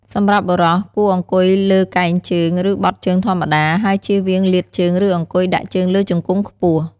សម្រាប់បុរស គួរអង្គុយលើកែងជើង ឬបត់ជើងធម្មតា ហើយជៀសវាងលាតជើង ឬអង្គុយដាក់ជើងលើជង្គង់ខ្ពស់។